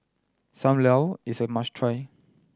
Sam Lau is a must try